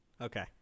Okay